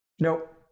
Nope